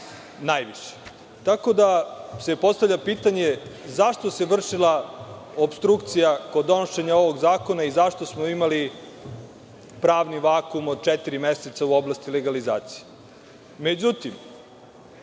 najviše. Postavlja se pitanje zašto se vršila opstrukcija kod donošenja ovog zakona i zašto smo imali pravni vakum od četiri meseca u oblasti legalizacije?